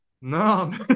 no